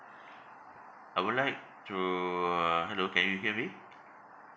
I would like to uh hello can you hear me